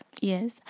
Yes